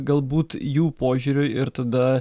galbūt jų požiūriu ir tada